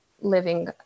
living